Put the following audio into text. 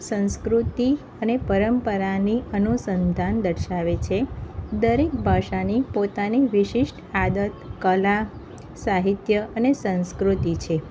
સંસ્કૃતિ અને પરંપરાની અનુસંધાન દર્શાવે છે દરેક ભાષાની પોતાની વિશિષ્ટ આદત કલા સાહિત્ય અને સંસ્કૃતિ છે